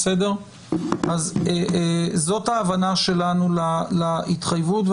זאת ההבנה שלנו להתחייבות.